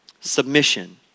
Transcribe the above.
Submission